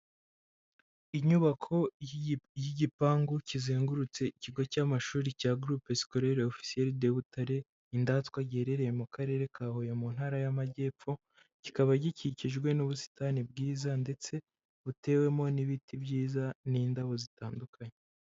Inyubako y'igipangu kizengurutse ikigo cy'amashuri cya groupé scolaire officiel de Butare indatwa giherereye mu karere ka Huye mu ntara y'Amajyepfo, kikaba gikikijwe n'ubusitani bwiza ndetse butewemo n'ibiti byiza n'indabo zitandukanye.